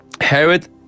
Herod